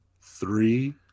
three